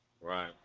Right